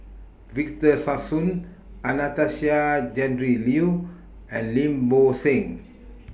Victor Sassoon Anastasia Tjendri Liew and Lim Bo Seng